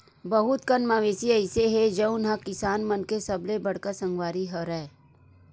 बहुत कन मवेशी अइसे हे जउन ह किसान मन के सबले बड़का संगवारी हरय